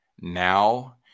now